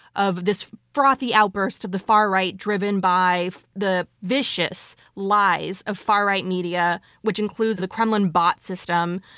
of this frothy outburst of the far right driven by the vicious lies of far right media, which includes the kremlin bot system.